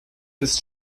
ist